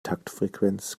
taktfrequenz